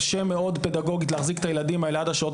קשה מאוד פדגוגית להחזיק את הילדים האלה עד השעות